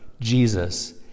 Jesus